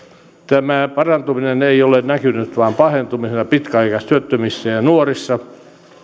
tämä parantuminen ei ole näkynyt vaan pahentuminen pitkäaikaistyöttömissä ja ja nuorissa